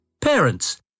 Parents